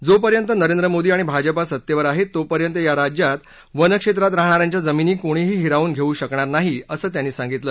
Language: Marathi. जोपर्यंत नरेंद्र मोदी आणि भाजपा सत्तेवर आहेत तोपर्यंत या राज्यात वनक्षेत्रात राहणा यांच्या जमीनी कोणीही हिरावून घेऊ शकणार नाही असं त्यांनी सांगितलं